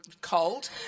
cold